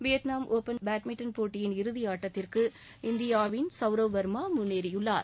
Vietnam open badminton போட்டியின் இறுதியாட்டத்திற்கு இந்தியாவின் சௌரவ் வாமா முன்னேறியுள்ளார்